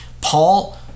Paul